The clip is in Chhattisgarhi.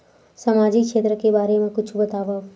सामाजिक क्षेत्र के बारे मा कुछु बतावव?